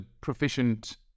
proficient